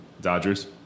Dodgers